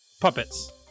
Puppets